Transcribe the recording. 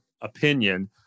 opinion